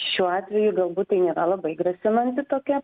šiuo atveju galbūt tai nėra labai grasinanti tokia